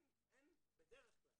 בדרך כלל